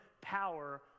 power